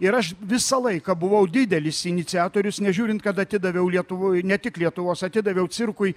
ir aš visą laiką buvau didelis iniciatorius nežiūrint kad atidaviau lietuvoj ne tik lietuvos atidaviau cirkui